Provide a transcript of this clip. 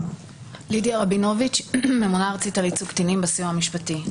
ממונה ארצית על ייצוג קטינים, הסיוע המשפטי.